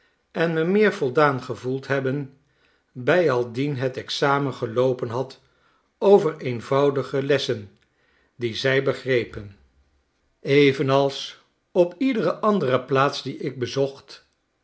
en me meer voldaan gevoeld hebben bijaldien het examen geloopen had over eenvoudige lessen die zij begrepen evenals op iedere andere plaats die ik bezocht